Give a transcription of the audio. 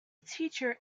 teacher